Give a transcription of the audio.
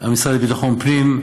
המשרד לביטחון הפנים.